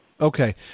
Okay